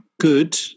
good